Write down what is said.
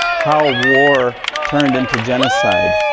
how war turned into genocide,